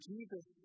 Jesus